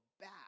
back